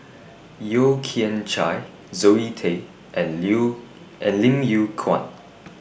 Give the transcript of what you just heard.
Yeo Kian Chai Zoe Tay and Leo and Lim Yew Kuan